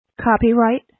Copyright